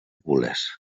gules